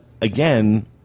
again